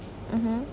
mmhmm